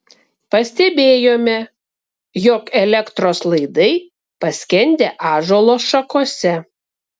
pastebėjome jog elektros laidai paskendę ąžuolo šakose